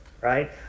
Right